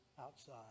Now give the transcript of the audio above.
outside